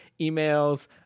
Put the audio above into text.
emails